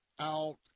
out